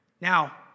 Now